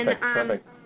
perfect